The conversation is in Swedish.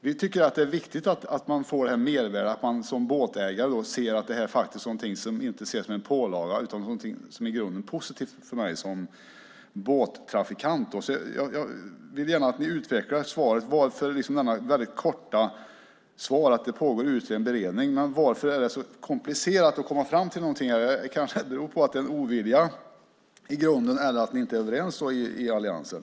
Vi tycker att det är viktigt att man får det mervärdet, alltså att man som båtägare inte ser detta som en pålaga utan som något i grunden positivt för mig som båttrafikant. Jag vill gärna att ni utvecklar svaret. Varför ges endast det korta svaret att det pågår en utredning och en beredning? Varför är det så komplicerat att komma fram till någonting? Kan det bero på att det i grunden finns en ovilja mot detta, eller beror det på att ni inte är överens inom alliansen?